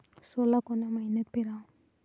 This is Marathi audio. सोला कोन्या मइन्यात पेराव?